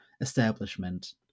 establishment